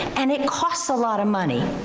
and it costs a lot of money.